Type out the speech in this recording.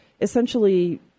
essentially